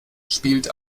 spielt